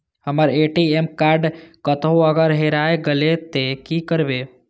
हमर ATM card कतहो अगर हेराय गले ते की करबे?